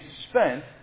spent